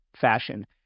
fashion